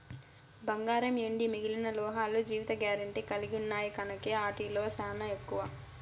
బంగారం, ఎండి మిగిలిన లోహాలు జీవిత గారెంటీ కలిగిన్నాయి కనుకే ఆటి ఇలువ సానా ఎక్కువ